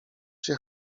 się